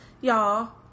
y'all